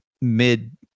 mid